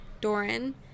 Doran